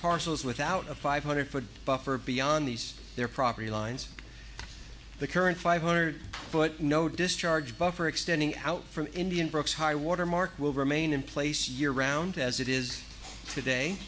parcels without a five hundred foot buffer beyond these their property lines the current five hundred foot no discharge buffer extending out from indian brooks high water mark will remain in place year round as it is